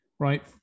right